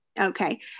Okay